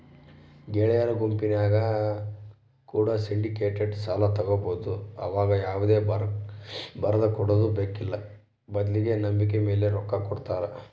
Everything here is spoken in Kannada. ಗೆಳೆಯರ ಗುಂಪಿನ್ಯಾಗ ಕೂಡ ಸಿಂಡಿಕೇಟೆಡ್ ಸಾಲ ತಗಬೊದು ಆವಗ ಯಾವುದೇ ಬರದಕೊಡದು ಬೇಕ್ಕಿಲ್ಲ ಬದ್ಲಿಗೆ ನಂಬಿಕೆಮೇಲೆ ರೊಕ್ಕ ಕೊಡುತ್ತಾರ